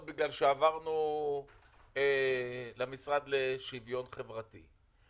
בגלל שהרשות תעבור למשרד לשוויון חברתי,